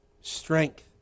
strength